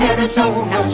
Arizona